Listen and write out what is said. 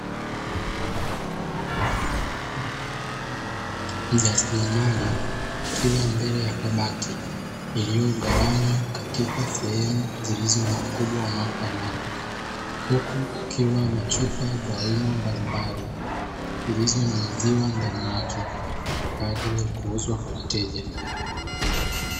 Mjasiriamali akiwa mbele ya kabati, iliyogawanywa katika sehemu zenye ukubwa unaofanana, huku kukiwa na chupa za aina mbalimbali zilizonyunyiziwa ndani yake kwa ajili ya kuuzwa kwa wateja.